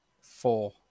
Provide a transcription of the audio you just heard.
Four